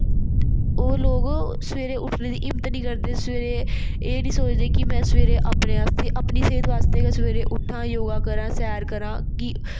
ओह् लोक सवैरे उट्ठने दी हिम्मत नेईं करदे सवैरे एह् नेईं सोचदे कि में सवैरे अपने आस्तै अपनी सेहत आस्तै गै सवैरे उट्ठां योगा करांऽ सैर करांऽ कि